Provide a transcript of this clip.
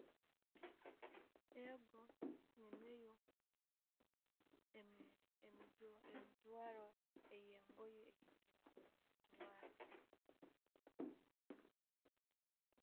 Ego, ninayo emi- emijwa emijwaro eyengoye eyenkiramunno okujwara.